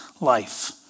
life